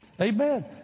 Amen